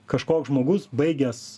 kažkoks žmogus baigęs